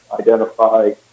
identify